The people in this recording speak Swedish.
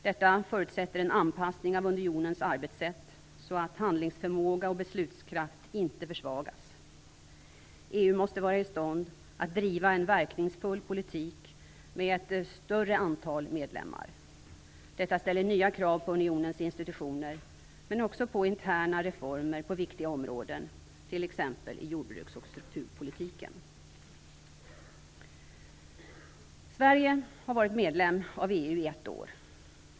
Detta förutsätter en anpassning av unionens arbetssätt så att handlingsförmåga och beslutskraft inte försvagas. EU måste vara i stånd att driva en verkningsfull politik med ett större antal medlemmar. Detta ställer nya krav på unionens institutioner, men också på interna reformer på viktiga områden, t.ex. i jordbruks och strukturpolitiken. Sverige har varit medlem av EU i ett år.